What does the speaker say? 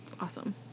Awesome